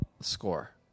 score